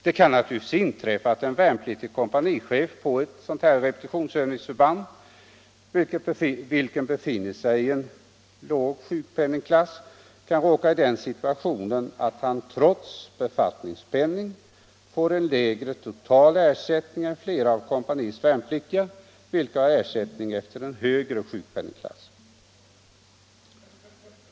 Det kan naturligvis inträffa att den värnpliktige kompanichefen på ett repetitionsförband, vilken befinner sig i en låg sjukpenningklass, kan råka i den situationen att han trots befattningspenning får en lägre total ersättning än flera av kompaniets värnpliktiga, vilka har ersättning enligt en högre sjukpenningklass.